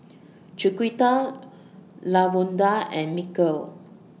Chiquita Lavonda and Mykel